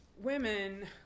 women